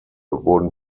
wurden